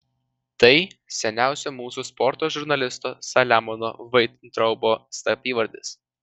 tai seniausio mūsų sporto žurnalisto saliamono vaintraubo slapyvardis